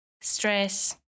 stress